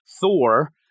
Thor